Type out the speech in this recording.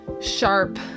sharp